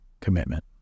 commitment